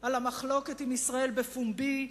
על המחלוקת עם ישראל בפומבי,